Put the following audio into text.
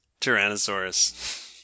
Tyrannosaurus